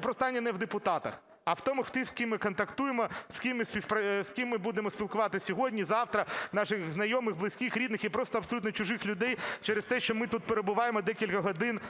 Питання не в депутатах, а в тому, з ким контактуємо, з ким ми будемо спілкуватись сьогодні, завтра, наших знайомих, близьких, рідних і просто абсолютно чужих людей, через те, що ми ту перебуваємо декілька годин